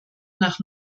nach